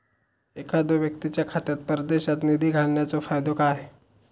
एखादो व्यक्तीच्या खात्यात परदेशात निधी घालन्याचो फायदो काय?